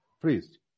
please